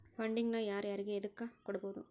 Funding ನ ಯಾರು ಯಾರಿಗೆ ಎದಕ್ಕ್ ಕೊಡ್ಬೊದು?